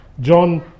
John